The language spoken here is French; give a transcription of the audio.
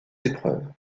épreuves